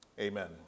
Amen